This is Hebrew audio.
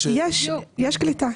יש קליטה.